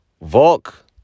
Volk